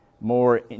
more